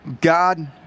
God